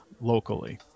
locally